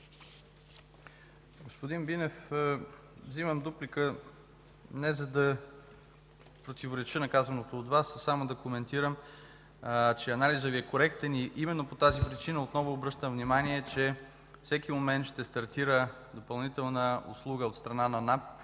Господин Бинев, вземам дуплика не за да противореча на казаното от Вас, а само да коментирам, че анализът Ви е коректен. Именно по тази причина отново обръщам внимание, че всеки момент ще стартира допълнителна услуга от страна на НАП